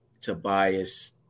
Tobias